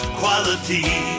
quality